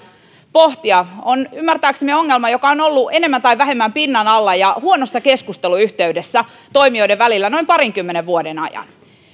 pohtia on ymmärtääksemme ongelma joka on ollut enemmän tai vähemmän pinnan alla ja huonossa keskusteluyhteydessä toimijoiden välillä noin parinkymmenen vuoden ajan